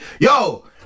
yo